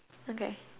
okay